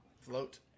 float